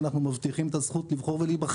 זה יום שבו אנחנו מבטיחים את הזכות לבחור ולהיבחר.